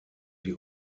die